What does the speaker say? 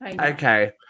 Okay